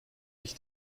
ich